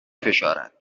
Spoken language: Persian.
فشارد